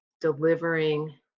delivering